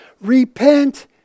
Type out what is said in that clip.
Repent